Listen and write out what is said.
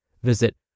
Visit